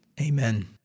Amen